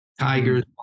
tigers